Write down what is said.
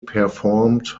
performed